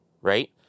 right